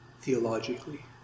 theologically